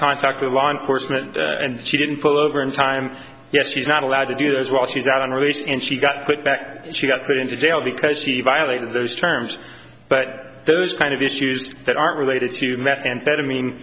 contact with law enforcement and she didn't pull over in time yes she's not allowed to do this while she's out on release and she got put back she got put into jail because she violated those terms but those kind of issues that aren't related to methamphetamine